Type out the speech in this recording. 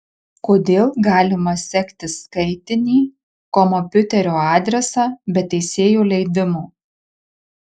kodėl galima sekti skaitinį komopiuterio adresą be teisėjo leidimo